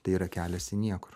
tai yra kelias į niekur